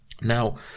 now